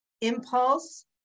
impulse